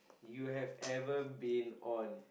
you have ever been on